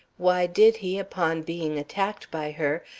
why did he, upon being attacked by her,